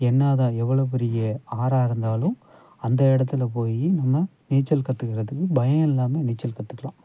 என்ன தான் எவ்வளோ பெரிய ஆறாக இருந்தாலும் அந்த இடத்துல போய் நம்ம நீச்சல் கற்றுக்கறதுக்கு பயம் இல்லாமல் நீச்சல் கற்றுக்கலாம்